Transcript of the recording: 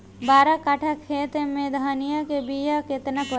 बारह कट्ठाखेत में धनिया के बीया केतना परी?